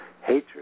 hatred